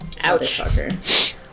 Ouch